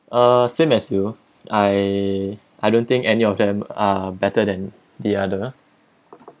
uh same as you I I don't think any of them are better than the other